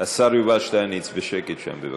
השר יובל שטייניץ, בשקט שם, בבקשה.